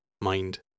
mind